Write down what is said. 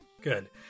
Good